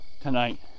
tonight